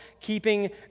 keeping